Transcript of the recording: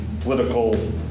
political